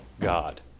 God